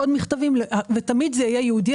עוד מכתבים ותמיד זה יהיה ייעודי.